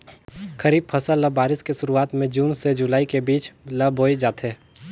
खरीफ फसल ल बारिश के शुरुआत में जून से जुलाई के बीच ल बोए जाथे